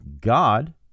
God